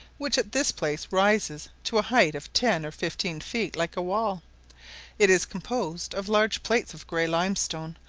which at this place rises to a height of ten or fifteen feet like a wall it is composed of large plates of grey limestone,